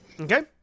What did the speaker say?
Okay